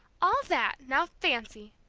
all that, now fancy!